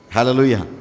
Hallelujah